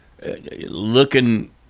Looking